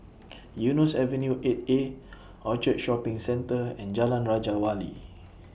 Eunos Avenue eight A Orchard Shopping Centre and Jalan Raja Wali